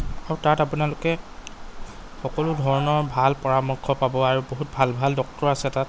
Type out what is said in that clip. আৰু তাত আপোনালোকে সকলো ধৰণৰ ভাল পৰামৰ্শ পাব আৰু বহুত ভাল ভাল ডক্টৰ আছে তাত